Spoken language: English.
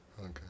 Okay